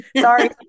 sorry